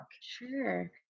Sure